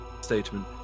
statement